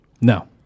No